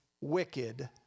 wicked